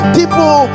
people